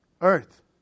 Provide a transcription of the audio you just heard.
earth